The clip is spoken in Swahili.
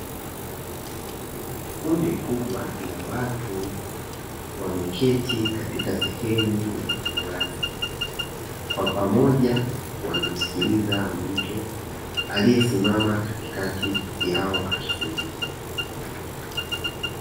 Kundi kubwa la watu wameketi katika sehemu yenye uwazi, kwa pamoja wanamsikiliza mtu aliyesiamma katikati yao akifundisha.